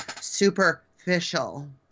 superficial